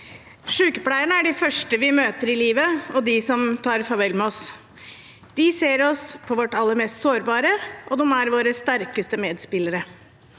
Sykepleierne er de første vi møter i livet, og de som tar farvel med oss. De ser oss på vårt aller mest sårbare, og de er våre sterkeste medspillere.